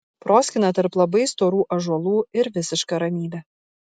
proskyna tarp labai storų ąžuolų ir visiška ramybė